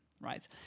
right